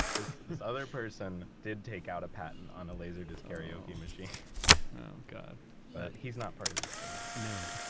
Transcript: this this other person did take out a patent on a laser disc karaoke machine oh, oh, god but he's not part of this story no.